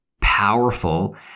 powerful